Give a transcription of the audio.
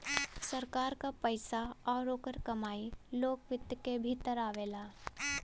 सरकार क पइसा आउर ओकर कमाई लोक वित्त क भीतर आवेला